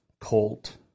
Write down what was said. Colt